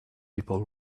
people